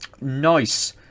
nice